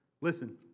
Listen